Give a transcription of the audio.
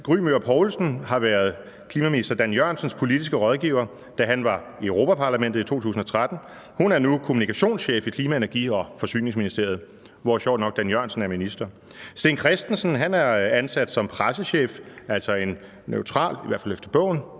Gry Möger Poulsen har været klimaminister Dan Jørgensens politiske rådgiver, da han i 2013 var i Europa-Parlamentet. Hun er nu kommunikationschef i Klima-, Energi- og Forsyningsministeriet, hvor sjovt nok Dan Jørgensen er minister. Sten Kristensen er ansat som pressechef, altså en neutral, i hvert fald efter bogen,